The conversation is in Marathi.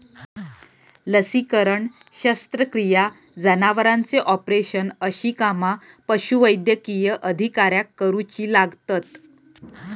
लसीकरण, शस्त्रक्रिया, जनावरांचे ऑपरेशन अशी कामा पशुवैद्यकीय अधिकाऱ्याक करुची लागतत